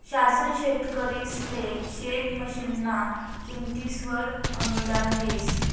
शासन शेतकरिसले शेत मशीनना किमतीसवर अनुदान देस